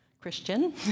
Christian